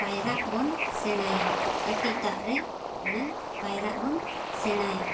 ᱯᱟᱭᱨᱟᱜ ᱵᱚᱱ ᱥᱮᱬᱟᱭᱟ ᱠᱟᱹᱴᱤᱡ ᱫᱟᱜ ᱨᱮ ᱢᱟᱲᱟᱝ ᱯᱟᱭᱨᱟᱜ ᱵᱚᱱ ᱥᱮᱬᱟᱭᱟ